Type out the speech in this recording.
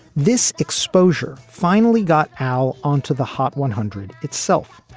this exposure finally got out onto the hot one hundred itself,